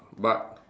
but